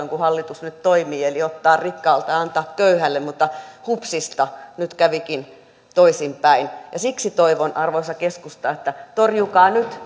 kuin hallitus nyt toimii eli ottaa rikkaalta ja antaa köyhälle mutta hupsista nyt kävikin toisinpäin siksi toivon arvoisa keskusta että torjutte nyt